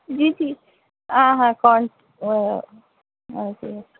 جی جی